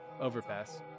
overpass